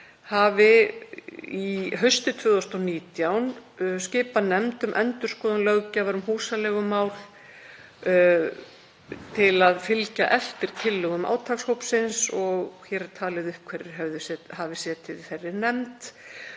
barnamálaráðherra skipað nefnd um endurskoðun löggjafar um húsaleigumál til að fylgja eftir tillögum átakshópsins, og hér er talið upp hverjir hafi setið í þeirri nefnd,